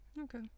Okay